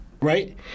right